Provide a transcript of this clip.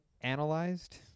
analyzed